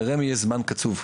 שלרמ"י יהיה זמן קצוב,